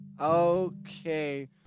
okay